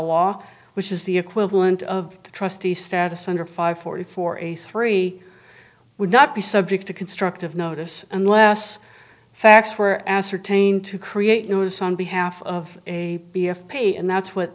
law which is the equivalent of the trustee status under five forty four a three would not be subject to constructive notice unless facts were ascertained to create notice on behalf of a b s p and that's what